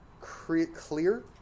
clear